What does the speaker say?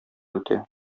үтә